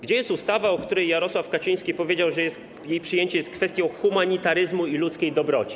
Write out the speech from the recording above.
Gdzie jest ustawa, o której Jarosław Kaczyński powiedział, że jej przyjęcie jest kwestią humanitaryzmu i ludzkiej dobroci?